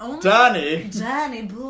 Danny